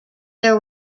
there